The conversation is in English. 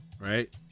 right